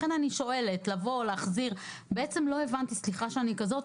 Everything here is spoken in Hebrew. לכן אני שואלת, בעצם לא הבנתי, סליחה שאני כזאת.